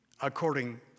according